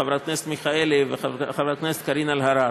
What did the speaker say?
חברת הכנסת מיכאלי וחברת הכנסת קארין אלהרר.